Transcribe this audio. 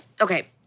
Okay